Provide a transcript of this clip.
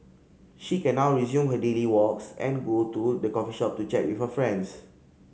she can now resume her daily walks and go to the coffee shop to chat with friends